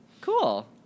Cool